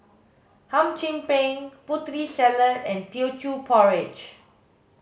hum chim peng putri salad and teochew porridge